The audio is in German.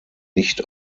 nicht